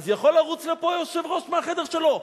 אז יכול לרוץ לפה היושב-ראש מהחדר שלו,